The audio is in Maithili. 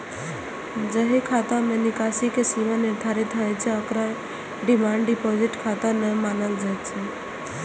जाहि खाता मे निकासी के सीमा निर्धारित होइ छै, ओकरा डिमांड डिपोजिट खाता नै मानल जाइ छै